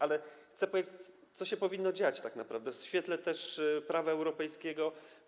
Ale chcę powiedzieć, co się powinno dziać tak naprawdę w świetle też prawa europejskiego.